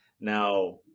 Now